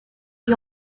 you